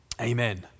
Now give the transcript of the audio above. Amen